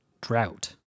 drought